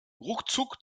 ruckzuck